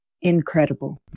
Incredible